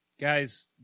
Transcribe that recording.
Guys